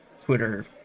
Twitter